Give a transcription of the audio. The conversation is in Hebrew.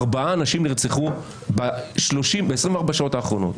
ארבעה אנשים נרצחו ב-24 השעות האחרונות